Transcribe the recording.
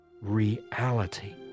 reality